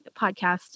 podcast